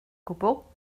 gwbl